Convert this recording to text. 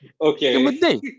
Okay